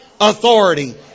authority